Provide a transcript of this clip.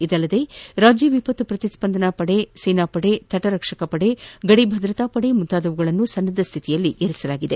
ಇದಲ್ಲದೆ ರಾಜ್ಯ ವಿಪತ್ತು ಪ್ರತಿಸ್ಪಂದನಾ ಪಡೆ ಸೇನಾಪಡೆ ತಟ ರಕ್ಷಕ ಪಡೆ ಗಡಿ ಭದ್ರತಾ ಪಡೆ ಮುಂತಾದವುಗಳನ್ನು ಸನ್ನದ್ದ ಸ್ವಿತಿಯಲ್ಲಿ ಇಡಲಾಗಿದೆ